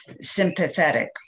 sympathetic